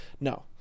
No